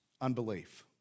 unbelief